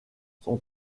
son